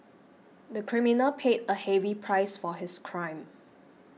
the criminal paid a heavy price for his crime